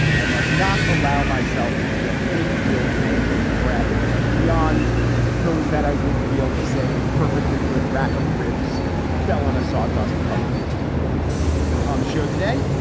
i must not allow myself to feel any real pangs of regret beyond those that i would feel if, say, a perfectly good rack of ribs fell on a sawdust covered floor on the show today.